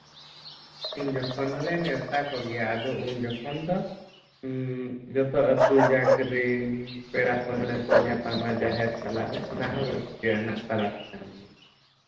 ᱩᱱ ᱡᱚᱠᱷᱚᱱ ᱦᱚᱸᱞᱮ ᱱᱮᱶᱛᱟ ᱠᱚᱜᱮᱭᱟ ᱟᱫᱚ ᱩᱱ ᱡᱚᱠᱷᱚᱱ ᱡᱚᱛᱚ ᱟᱹᱛᱩ ᱡᱟᱠ ᱨᱮᱱ ᱯᱮᱲᱟᱼᱯᱟᱹᱲᱦᱟᱹ ᱠᱚ ᱧᱟᱯᱟᱢᱼᱟ ᱡᱟᱦᱮᱨ ᱛᱟᱞᱟᱨᱮ ᱚᱱᱟᱦᱚᱸ ᱨᱟᱹᱥᱠᱟᱹ ᱨᱮᱱᱟᱜ ᱯᱚᱨᱚᱵᱽ ᱠᱟᱱ ᱜᱮᱭᱟ